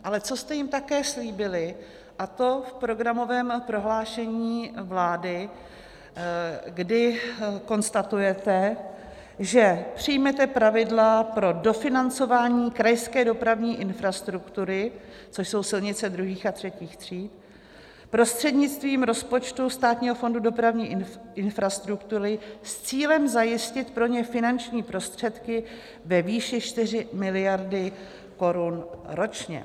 Ale co jste jim také slíbili, a to v programovém prohlášení vlády, kdy konstatujete, že přijmete pravidla pro dofinancování krajské dopravní infrastruktury, což jsou silnice druhých a třetích tříd, prostřednictvím rozpočtu Státního fondu dopravní infrastruktury s cílem zajistit pro ně finanční prostředky ve výši 4 miliardy korun ročně.